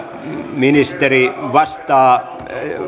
ministeri vastaa